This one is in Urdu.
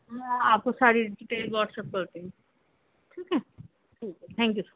میں آپ کو ساری ڈیٹیل واٹس ایپ کرتی ہوں ٹھیک ہے ٹھیک ہے تھینک یو سر